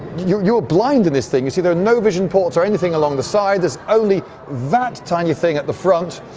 you're blind in this thing. you see there are no vision ports or anything along the side, there's only that tiny thing at the front.